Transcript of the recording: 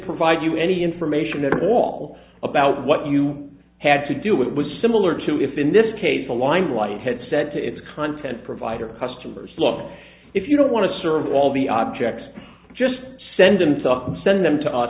provide you any information at all about what you had to do it was similar to if in this case the limelight had said to its content provider customers look if you don't want to serve all the objects just send them stuff and send them to us